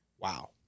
wow